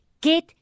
get